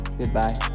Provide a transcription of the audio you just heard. goodbye